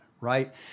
right